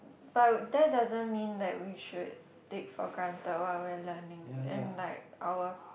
but that doesn't mean that we should take for granted what we are learning and like our